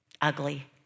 ugly